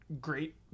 great